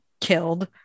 killed